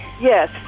Yes